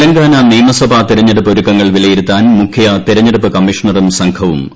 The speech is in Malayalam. തെലങ്കാന നിയമസഭ തിരഞ്ഞെടുപ്പ് ഒരുക്കങ്ങൾ വിലയിരുത്താൻ മുഖ്യ തിരഞ്ഞെടുപ്പ് കമ്മീഷണറും സംഘവും ഹൈദരാബാദിലെത്തി